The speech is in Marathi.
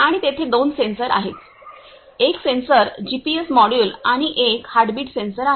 आणि तेथे दोन सेन्सर आहेत एक सेन्सर जीपीएस मॉड्यूल आणि एक हार्टबीट सेंसर आहे